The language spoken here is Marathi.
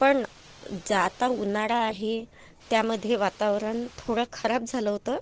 पण जर आता उन्हाळा आहे त्यामध्ये वातावरण थोडं खराब झालं होतं